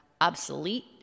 obsolete